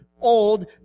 old